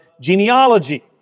genealogy